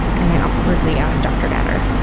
and i awkwardly asked dr. natter.